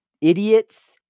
idiots